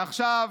ועכשיו,